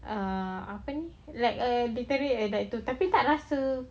err apa ni like err literally like that tapi tak rasa